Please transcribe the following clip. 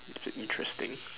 that's interesting